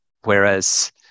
Whereas